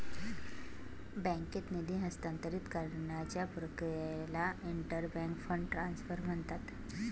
बँकेत निधी हस्तांतरित करण्याच्या प्रक्रियेला इंटर बँक फंड ट्रान्सफर म्हणतात